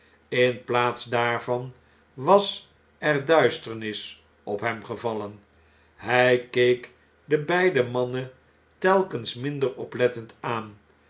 in plaats daarvan was er duisternis op hem gevallen hij keek de beide mannen telkens minder oplettend aan